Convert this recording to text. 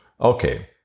okay